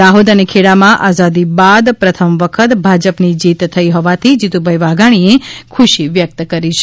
દાહોદ અને ખેડામાં આઝાદી બાદ પ્રથમ વખત ભાજપની જીત થઇ હોવાથી જીતુભાઇ વાઘાણીએ ખુશી વ્યકત કરી છે